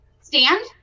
stand